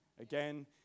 again